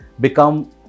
Become